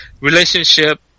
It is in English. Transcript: relationship